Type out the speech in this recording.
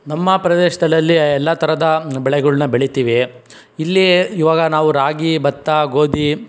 ನಮ್ಮ ಪ್ರದೇಶ್ದಲ್ಲಿ ಅಲ್ಲಿ ಎಲ್ಲ ಥರದ ಬೆಳೆಗಳನ್ನ ಬೆಳಿತೀವಿ ಇಲ್ಲಿ ಇವಾಗ ನಾವು ರಾಗಿ ಭತ್ತ ಗೋಧಿ